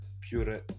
pure